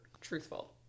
truthful